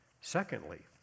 Secondly